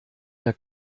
der